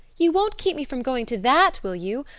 you won't keep me from going to that, will you?